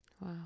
Wow